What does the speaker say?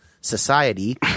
society